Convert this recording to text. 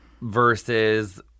versus